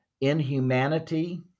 inhumanity